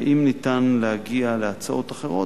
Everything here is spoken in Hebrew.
האם ניתן להגיע להצעות אחרות?